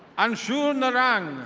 azul narang.